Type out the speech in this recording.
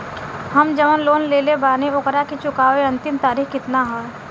हम जवन लोन लेले बानी ओकरा के चुकावे अंतिम तारीख कितना हैं?